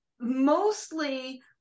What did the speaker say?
mostly